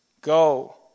Go